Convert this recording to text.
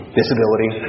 disability